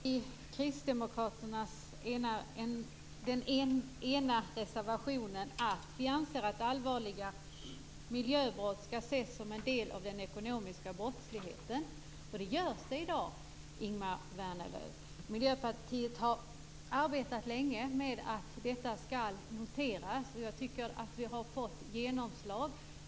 Herr talman! I kristdemokraternas ena reservation står det: "Vi anser att allvarliga miljöbrott skall ses som en del av den ekonomiska brottsligheten." Så är det i dag, Ingemar Vänerlöv. Miljöpartiet har arbetat länge för att detta ska noteras. Jag tycker att vi har fått ett genomslag.